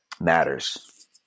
matters